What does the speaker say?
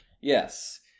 Yes